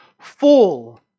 full